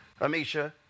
Amisha